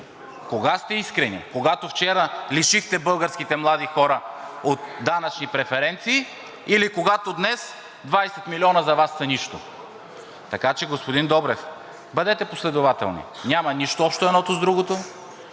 Кога сте искрени – когато вчера лишихте българските млади хора от данъчни преференции, или когато днес 20 милиона за Вас са нищо?! Така че, господин Добрев, бъдете последователни. Няма нищо общо едното с другото.